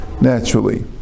naturally